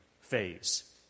phase